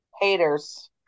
Haters